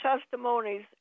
testimonies